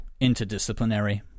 interdisciplinary